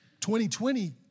2020